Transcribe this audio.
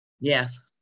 Yes